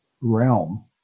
realm